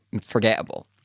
forgettable